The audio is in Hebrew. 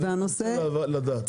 אני רוצה לדעת.